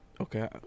Okay